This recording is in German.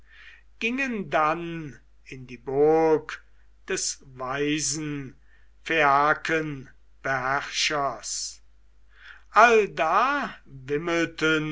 gingen dann in die burg des weisen phaiakenbeherrschers allda wimmelten